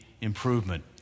Improvement